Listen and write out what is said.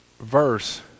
verse